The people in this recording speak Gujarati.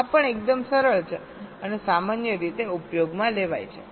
આ પણ એકદમ સરળ અને સામાન્ય રીતે ઉપયોગમાં લેવાય છે